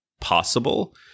possible